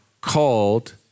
called